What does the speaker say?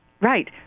Right